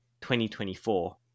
2024